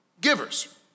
givers